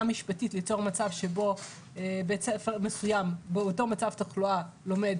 משפטית ליצור מצב שבו בית ספר מסוים באותו מצב תחלואה לומד